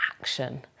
action